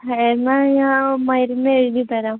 എന്നാൽ ഞാൻ മരുന്നെഴുതി തരാം